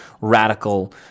radical